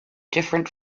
different